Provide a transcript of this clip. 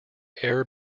air